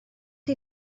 chi